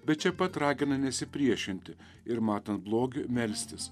bet čia pat ragina nesipriešinti ir matant blogiui melstis